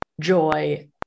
joy